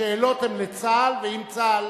השאלות הן לצה"ל, ואם צה"ל,